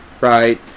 right